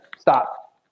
Stop